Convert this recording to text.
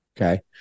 Okay